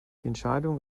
entscheidung